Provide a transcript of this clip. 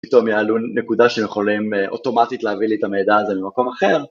פתאום יעלו נקודה שיכולים אוטומטית להביא לי את המידע הזה ממקום אחר.